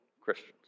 Christians